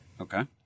Okay